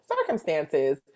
circumstances